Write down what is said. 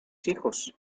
hijos